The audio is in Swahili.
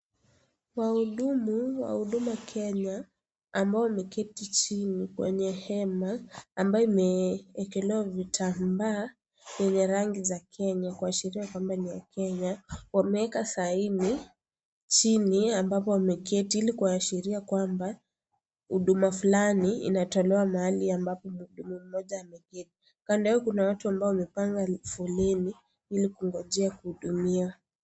Wahudumu wa Huduma Kenya ambao wameketi chini kwenye hema ambayo imewekelewa vitambaa yenye rangi za Kenya kuashiria kwamba ni ya Kenya, wameweka saini chini ambapo ameketi ili kuashiria kwamba huduma flani inatolewa mahali ambapo mtu mmoja ameketi, kando yao ni watu ambao wamepanga foleni ili kuongojea kuhudumiwa.